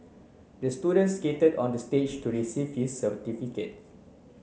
the student skated onto the stage to receive his certificate